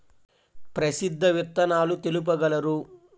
ప్రసిద్ధ విత్తనాలు తెలుపగలరు?